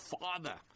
father